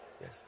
Yes